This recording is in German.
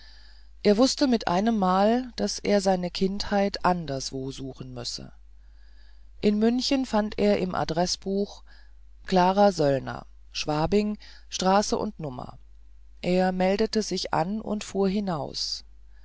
er wußte mit einemmal daß er seine kindheit anderswo suchen müsse in münchen fand er im adreßbuch klara söllner schwabing straße und nummer er meldete sich an und fuhr hinaus